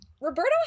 roberto